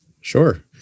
Sure